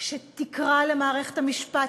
שתקרא למערכת המשפט,